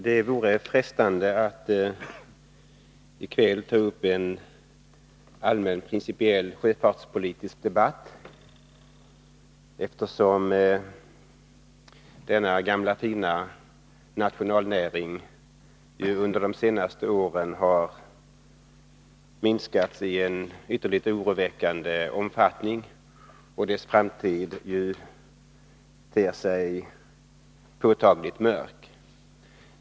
Det vore frestande att i kväll ta upp en allmän och principiell sjöfartspolitisk debatt, eftersom sjöfartsnäringen — denna gamla fina nationalnäring— under de senaste åren har minskat i en ytterligt oroväckande omfattning och dess framtid ter sig påtagligt mörk.